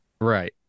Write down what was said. Right